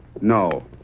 No